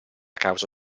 causa